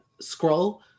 scroll